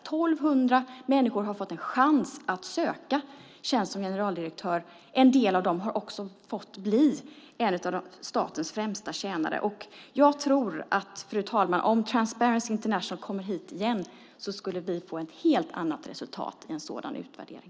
1 200 personer har fått en chans att söka en tjänst som generaldirektör. En del av dem har också fått bli en av statens främsta tjänare. Fru talman! Jag tror att om Transparency International kommer hit igen skulle vi få ett helt annat resultat i en sådan utvärdering.